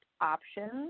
options